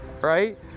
right